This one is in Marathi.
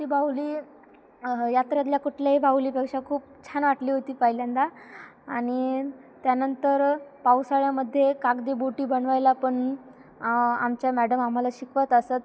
ती बाहुली यात्राातल्या कुठल्याही बाहूलीपेक्षा खूप छान वाटली होती पहिल्यांदा आणि त्यानंतर पावसाळ्यामध्ये कागदी बोटी बनवायला पण आ आमच्या मॅडम आम्हाला शिकवत असत